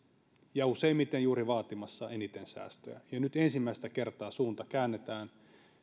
ja useimmiten juuri vaatimassa eniten säästöjä ja nyt ensimmäistä kertaa suunta käännetään